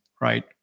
right